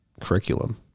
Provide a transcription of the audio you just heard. curriculum